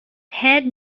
head